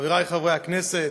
חברי חברי הכנסת,